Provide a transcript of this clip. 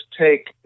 take